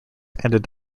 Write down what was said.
ended